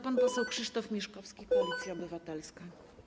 Pan poseł Krzysztof Mieszkowski, Koalicja Obywatelska.